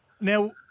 Now